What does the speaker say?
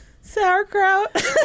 sauerkraut